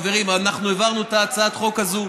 חברים, אנחנו העברנו את הצעת החוק הזאת,